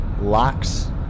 Locks